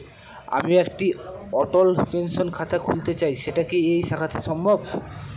আমি একটি অটল পেনশন খাতা খুলতে চাই সেটা কি এই শাখাতে সম্ভব?